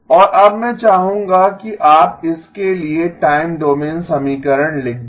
और अब मैं चाहूंगा कि आप इसके लिए टाइम डोमेन समीकरण लिख दें